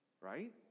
right